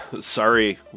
Sorry